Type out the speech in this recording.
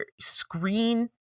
screen